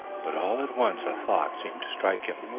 but all at once a thought seemed to strike him.